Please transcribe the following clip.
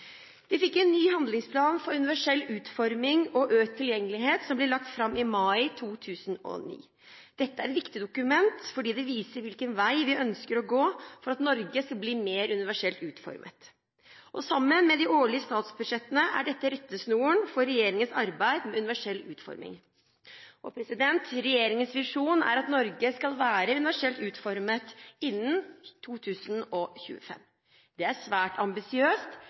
Vi fikk en ny handlingsplan for universell utforming og økt tilgjengelighet, som ble lagt fram i mai 2009. Dette er et viktig dokument fordi det viser hvilken vei vi ønsker å gå for at Norge skal bli mer universelt utformet. Sammen med de årlige statsbudsjettene er dette rettesnoren for regjeringens arbeid med universell utforming. Regjeringens visjon er at Norge skal være universelt utformet innen 2025. Det er svært ambisiøst,